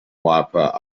wiper